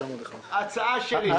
זאת ההצעה שלי.